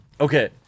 Okay